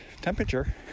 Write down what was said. temperature